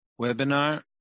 webinar